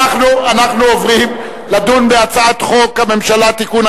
אנחנו עוברים להצעת חוק הממשלה (תיקון,